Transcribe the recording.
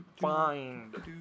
find